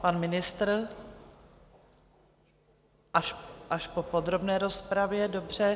Pan ministr až po podrobné rozpravě, dobře.